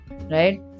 right